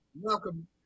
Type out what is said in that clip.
Welcome